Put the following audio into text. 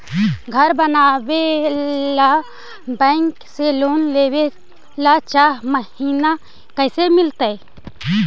घर बनावे ल बैंक से लोन लेवे ल चाह महिना कैसे मिलतई?